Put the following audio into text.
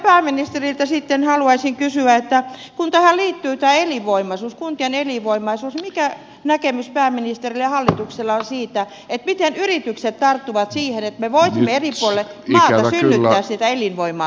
nyt vielä pääministeriltä haluaisin kysyä että kun tähän liittyy tämä kuntien elinvoimaisuus niin mikä näkemys pääministerillä ja hallituksella on siitä miten yritykset tarttuvat siihen että me voisimme eri puolille maata synnyttää sitä elinvoimaa